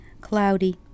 cloudy